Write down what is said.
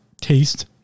Taste